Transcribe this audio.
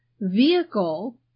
vehicle